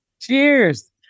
Cheers